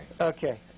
Okay